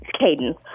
Caden